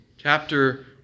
Chapter